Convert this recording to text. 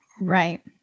Right